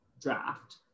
draft